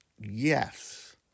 Yes